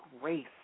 grace